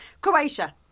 Croatia